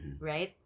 right